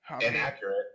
Inaccurate